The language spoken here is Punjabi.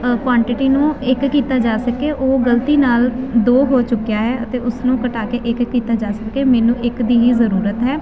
ਕੁਆਂਟਿਟੀ ਨੂੰ ਇੱਕ ਕੀਤਾ ਜਾ ਸਕੇ ਉਹ ਗਲਤੀ ਨਾਲ ਦੋ ਹੋ ਚੁੱਕਿਆ ਹੈ ਅਤੇ ਉਸਨੂੰ ਘਟਾ ਕੇ ਇੱਕ ਕੀਤਾ ਜਾ ਸਕੇ ਮੈਨੂੰ ਇੱਕ ਦੀ ਹੀ ਜ਼ਰੂਰਤ ਹੈ